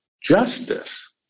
justice